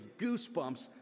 goosebumps